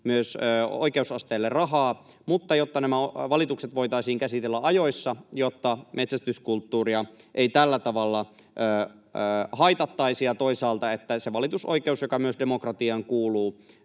myös oikeusasteille rahaa, jotta nämä valitukset voitaisiin käsitellä ajoissa, metsästyskulttuuria ei tällä tavalla haitattaisi ja toisaalta jotta se valitusoikeus, joka myös demokratiaan kuuluu,